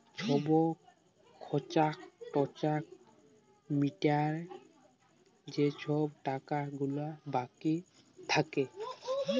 ছব খর্চা টর্চা মিটায় যে ছব টাকা গুলা বাকি থ্যাকে